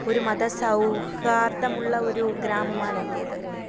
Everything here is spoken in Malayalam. ഒരു മതസൗഹാർദ്ദം ഉള്ള ഒരു ഗ്രാമമാണ് എൻ്റേത്